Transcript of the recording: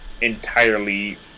entirely